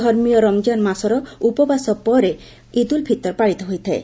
ଧର୍ମୀୟ ରମ୍କାନ ମାସର ଉପବାସ ପରେ ଇଦ୍ ଉଲ ଫିତର ପାଳିତ ହୋଇଥାଏ